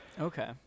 Okay